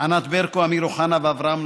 ענת ברקו, אמיר אוחנה ואברהם נגוסה.